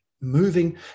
moving